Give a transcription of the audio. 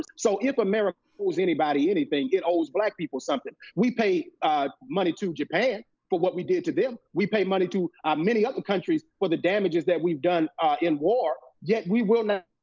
so if america owes anybody anything, it owes black people something. we pay money to japan for but what we did to them. we pay money to many other countries for the damages that we've done ah in war. yet we will not